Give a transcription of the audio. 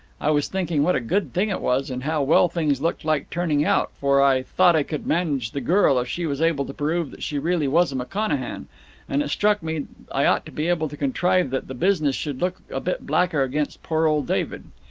i was thinking what a good thing it was, and how well things looked like turning out for i thought i could manage the girl if she was able to prove that she really was a mcconachan and it struck me i ought to be able to contrive that the business should look a bit blacker against poor old david.